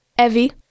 Evie